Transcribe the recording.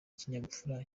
kinyabupfura